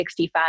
65